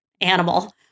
animal